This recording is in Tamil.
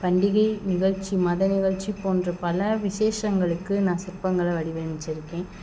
பண்டிகை நிகழ்ச்சி மத நிகழ்ச்சி போன்ற பல விசேஷங்களுக்கு நான் சிற்பங்களை வடிவமைத்திருக்கேன்